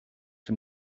dem